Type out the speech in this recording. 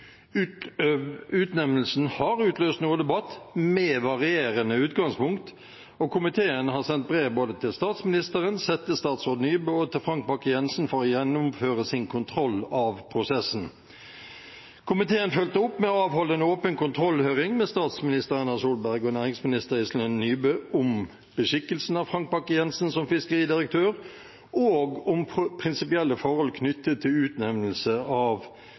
Utnevnelsen har utløst noe debatt med varierende utgangspunkt, og komiteen har sendt brev både til statsministeren, til settestatsråd Nybø og til Frank Bakke-Jensen for å gjennomføre sin kontroll av prosessen. Komiteen fulgte opp med å avholde en åpen kontrollhøring med statsminister Erna Solberg og næringsminister Iselin Nybø om beskikkelsen av Frank Bakke-Jensen som fiskeridirektør, og om prinsipielle forhold knyttet til utnevnelse av